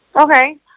Okay